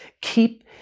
keep